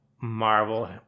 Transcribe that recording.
Marvel